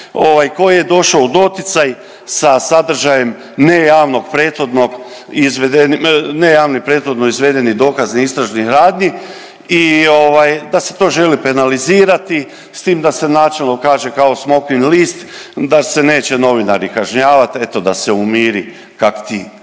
koji je došao u doticaj sa sadržajem ne javnog prethodno izvedenih dokaznih istražnih radnji i da se to želi penalizirati s tim da se načelno kaže kao smokvin list da se ne će novinari kažnjavati, eto da se umiri kakti